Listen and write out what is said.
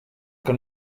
que